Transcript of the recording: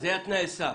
זה היה תנאי הסף.